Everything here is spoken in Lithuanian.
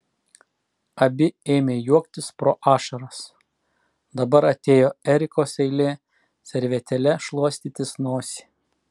abi ėmė juoktis pro ašaras dabar atėjo erikos eilė servetėle šluostytis nosį